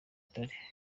bitari